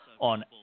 on